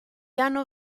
hanno